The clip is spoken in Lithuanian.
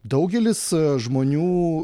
daugelis žmonių